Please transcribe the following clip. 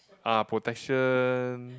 uh protection